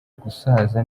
gusaza